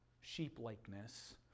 sheep-likeness